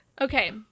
okay